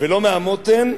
ולא מהמותן,